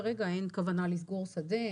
כרגע אין כוונה לסגור שדה,